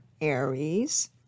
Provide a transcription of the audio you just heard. Aries